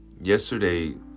Yesterday